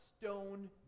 stone